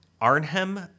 Arnhem